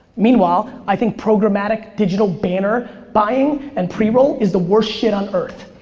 meanwhile, i think programmatic digital banner buying and preroll is the worst shit on earth.